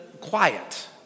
quiet